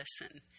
listen